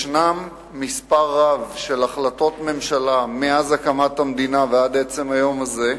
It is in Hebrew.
יש מספר רב של החלטות ממשלה מאז הקמת המדינה ועד עצם היום הזה,